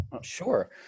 Sure